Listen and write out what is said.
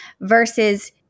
Versus